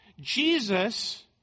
Jesus